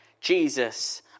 Jesus